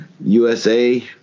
USA